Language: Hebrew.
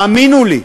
האמינו לי,